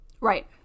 right